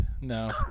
no